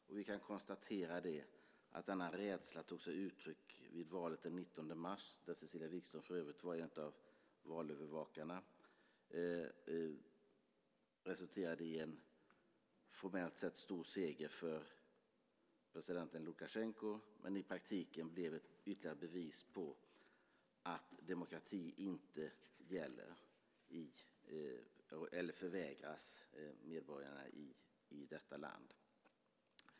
Vi kan också konstatera att denna rädsla tog sig uttryck vid valet den 19 mars, där Cecilia Wigström för övrigt var en av valövervakarna, som formellt sett resulterade i en stor seger för president Lukasjenko men som i praktiken blev ytterligare ett bevis på att demokrati är något som förvägras medborgarna i detta land.